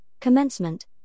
Commencement